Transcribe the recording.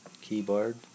Keyboard